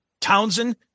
Townsend